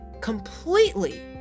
completely